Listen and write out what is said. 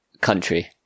country